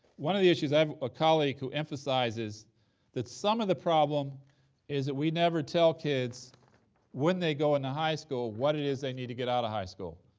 one of the issues i have a colleague who emphasizes that some of the problem is that we never tell kids when they go into high school what it is they need to get out of high school,